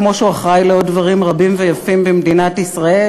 כמו שהוא אחראי לעוד דברים רבים ויפים במדינת ישראל.